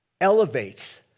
elevates